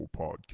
Podcast